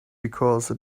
because